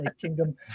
kingdom